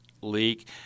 leak